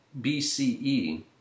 BCE